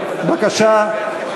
בבקשה,